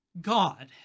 God